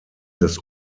des